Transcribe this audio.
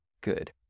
Good